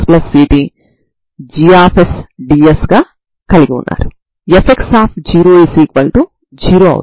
a మరియు b లు పరిమిత సంఖ్యలు కాబట్టి a నుండి b వరకు వున్న స్ట్రింగ్ పరిమిత స్ట్రింగ్ అవుతుంది